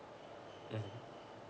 mm